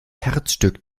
herzstück